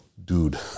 Dude